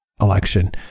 election